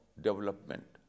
development